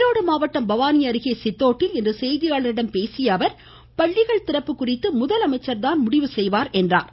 ஈரோடு மாவட்டம் பவானி அருகே சித்தோட்டில் இன்று செய்தியாளர்களிடம் பேசிய அவர் பள்ளிகள் திறப்பு குறித்து முதலமைச்சர்தான் முடிவு செய்வார் என்று கூறினார்